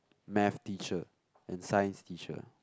maths teacher and Science teacher